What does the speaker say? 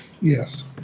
Yes